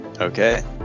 Okay